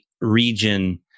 region